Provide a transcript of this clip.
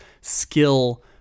skill